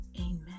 Amen